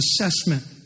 assessment